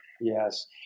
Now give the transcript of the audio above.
Yes